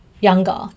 younger